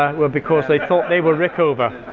ah were because they thought they were rickover,